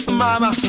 mama